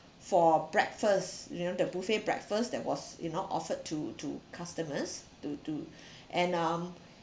for breakfast you know the buffet breakfast that was you know offered to to customers to to and um